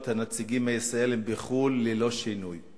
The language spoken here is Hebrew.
הנציגים הישראלים בחוץ-לארץ ללא שינוי.